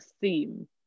theme